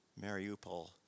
Mariupol